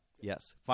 yes